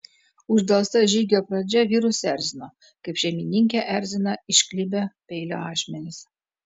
uždelsta žygio pradžia vyrus erzino kaip šeimininkę erzina išklibę peilio ašmenys